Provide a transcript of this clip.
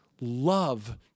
love